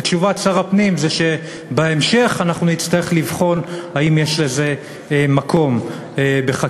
ותשובת שר הפנים היא שבהמשך אנחנו נצטרך לבחון אם יש לזה מקום בחקיקה.